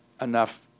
enough